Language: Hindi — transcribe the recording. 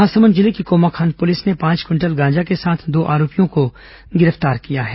महासमुंद जिले की कोमाखान पुलिस ने पांच क्विंटल गांजा के साथ दो आरोपियों को गिरफ्तार किया है